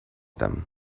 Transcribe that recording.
them